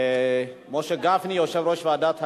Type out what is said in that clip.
משה גפני, יושב-ראש ועדת הכספים.